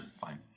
Fine